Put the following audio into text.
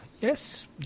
Yes